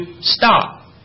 stop